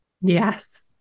Yes